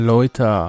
Leute